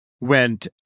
went